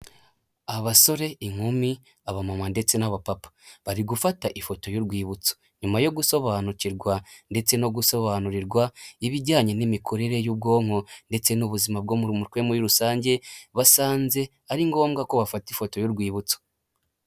Abasore, inkumi, aba mama ndetse n'abapapa bari gufata ifoto y'urwibutso, nyuma yo gusobanukirwa ndetse no gusobanurirwa ibijyanye n'imikorere y'ubwonko ndetse n'ubuzima bwo mu mutwe muri rusange basanze ari ngombwa ko bafata ifoto y'urwibutso.